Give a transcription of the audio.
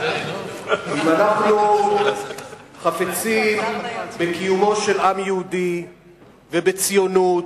אם אנחנו חפצים בקיומו של עם יהודי ובציונות,